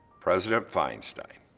president feinstein,